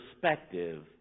perspective